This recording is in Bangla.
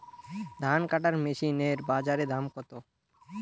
ধান কাটার মেশিন এর বাজারে দাম কতো?